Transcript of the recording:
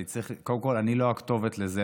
קודם כול אני לא הכתובת לזה,